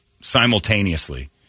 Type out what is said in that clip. Simultaneously